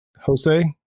Jose